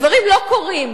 הדברים לא קורים,